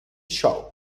show